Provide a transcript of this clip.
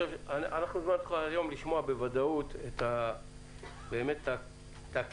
אנחנו הזמנו אותך היום לשמוע בוודאות באמת את הכנות,